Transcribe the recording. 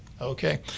okay